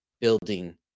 building